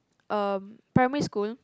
um primary school